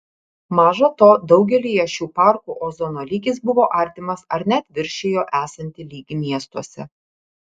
maža to daugelyje šių parkų ozono lygis buvo artimas ar net viršijo esantį lygį miestuose